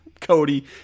cody